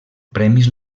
premis